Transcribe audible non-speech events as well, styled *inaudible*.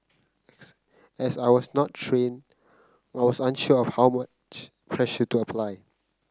*noise* as I was not trained I was unsure of how much pressure to apply